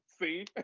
See